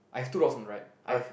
I have two rocks on the right I've